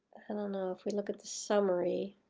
and ah know. if we look at the summary,